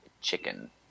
chicken